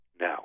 Now